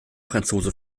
franzose